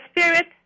spirit